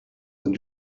than